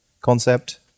concept